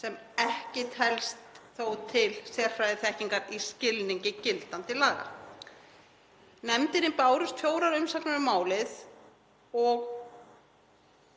sem telst þó ekki til sérfræðiþekkingar í skilningi gildandi laga. Nefndinni bárust fjórar umsagnir um málið.